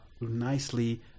nicely –